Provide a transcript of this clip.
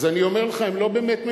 אז אני אומר לך, הם לא באמת ממהרים,